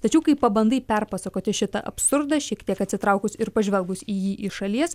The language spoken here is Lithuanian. tačiau kai pabandai perpasakoti šitą absurdą šiek tiek atsitraukus ir pažvelgus į jį iš šalies